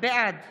בעד